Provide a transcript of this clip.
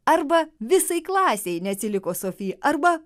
arba visai klasei neatsiliko sofija arba